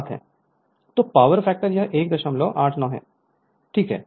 तो power factor यह 189 है ठीक है